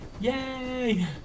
Yay